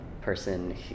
person